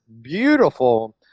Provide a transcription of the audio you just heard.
beautiful